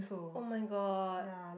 [oh]-my-god